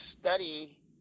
study